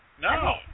no